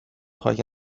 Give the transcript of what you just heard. خاک